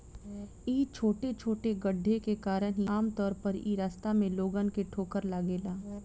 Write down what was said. इ छोटे छोटे गड्ढे के कारण ही आमतौर पर इ रास्ता में लोगन के ठोकर लागेला